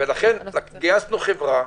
לכן גייסנו חברה.